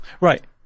Right